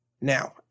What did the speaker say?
Now